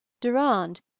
Durand